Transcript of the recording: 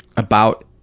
about,